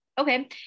Okay